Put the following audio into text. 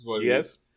Yes